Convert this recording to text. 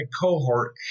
cohort